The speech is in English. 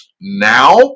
now